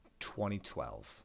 2012